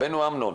כן,